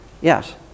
Yes